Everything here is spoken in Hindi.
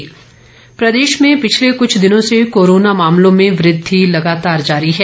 कोरोना प्रदेश प्रदेश में पिछले कुछ दिनों से कोरोना मामलों में वृद्धि लगातार जारी है